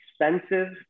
expensive